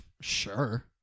sure